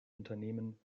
unternehmen